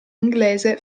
inglese